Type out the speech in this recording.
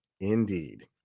indeed